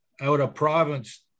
out-of-province